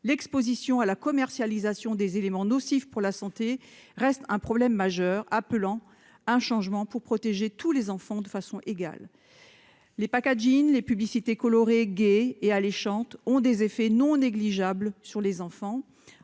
l'exposition à la commercialisation des aliments nocifs pour la santé reste un problème majeur, appelant un changement pour protéger tous les enfants de façon égale. Le packaging, les publicités colorées, gaies et alléchantes ont des effets non négligeables sur les enfants.